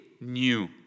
new